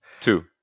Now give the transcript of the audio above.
Two